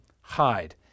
hide